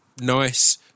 nice